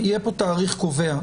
יהיה פה תאריך קובע,